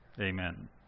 amen